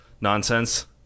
nonsense